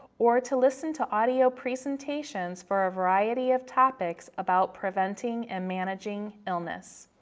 or to listen to audio presentations for a variety of topics about preventing and managing illness.